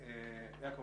יעקב,